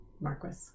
Marquis